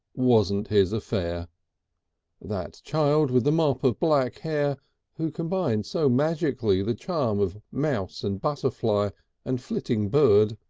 wasn't his affair that child with the mop of black hair who combined so magically the charm of mouse and butterfly and flitting bird,